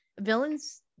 villains